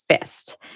fist